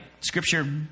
Scripture